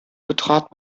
betrat